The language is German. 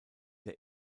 der